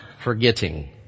forgetting